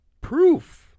Proof